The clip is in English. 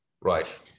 Right